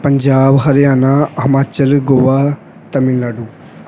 Punjab Haryana Himachal Goa Tamil Nadu